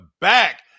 back